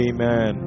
Amen